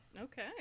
Okay